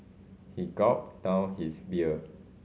he gulped down his beer